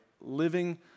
living